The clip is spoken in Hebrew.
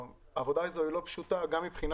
העבודה הזו היא לא פשוטה גם מבחינה